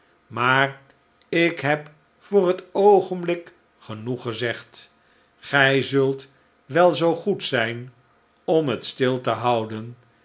knikkende maarik heb voor het oogenblik genoegd gezegd gij zult wel zoo goed zijn omjhet stil te houden